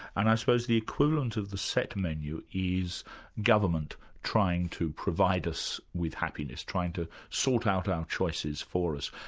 and i suppose the equivalent of the set menu is government trying to provide us with happiness, trying to sort out our choices for us.